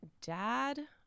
dad